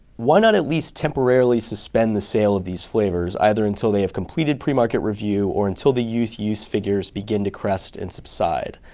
why not at least temporarily suspend the sale of these flavors, either until they have completed pre-market review or until the youth use figures begin to crest and subside?